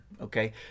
Okay